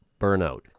burnout